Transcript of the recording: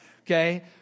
Okay